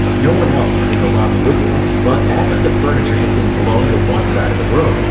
no one else is in the lobby with you, but all of the furniture has been blown to one side of the room,